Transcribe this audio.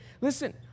listen